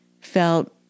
felt